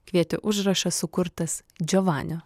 kvietė užrašas sukurtas džiovanio